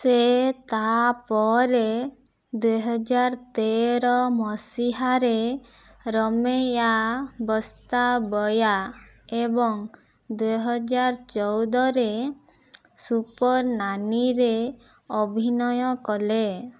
ସେ ତା ପରେ ଦୁଇ ହଜାର ତେର ମସିହାରେ ରମୈୟା ବସ୍ତାବୟା ଏବଂ ଦୁଇ ହଜାର ଚଉଦ ରେ ସୁପର ନାନି ରେ ଅଭିନୟ କଲେ